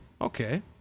okay